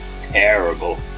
terrible